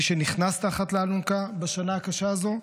מי שנכנס תחת האלונקה בשנה הקשה הזו,